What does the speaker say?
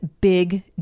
big